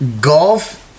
golf